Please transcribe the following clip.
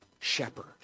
shepherd